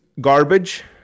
garbage